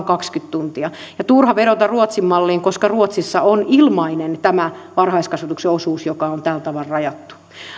kaksikymmentä tuntia ja turha vedota ruotsin malliin koska ruotsissa on ilmainen tämä varhaiskasvatuksen osuus joka on tällä tavalla rajattu